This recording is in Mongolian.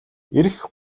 ирэх